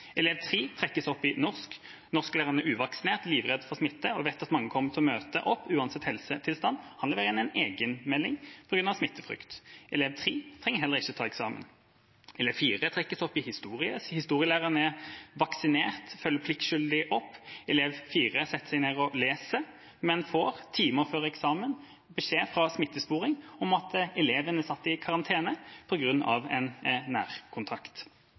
Elev nummer tre trekkes ut til norsk. Norsklæreren er uvaksinert og livredd for smitte og vet at mange kommer til å møte opp uansett helsetilstand. Han leverer egenmelding på grunn av smittefrykt. Elev nummer tre får heller ikke tatt eksamen. Elev nummer fire trekkes ut til historie. Historielæreren er vaksinert og følger pliktskyldigst opp, og elev nummer fire setter seg ned og leser, men får få timer før eksamen beskjed fra Smittesporing om at eleven er satt i karantene på grunn av en